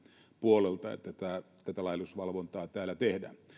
puolelta että tätä tätä laillisuusvalvontaa täällä tehdään